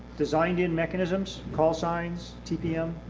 designed in mechanisms, call signs, tpm.